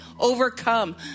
Overcome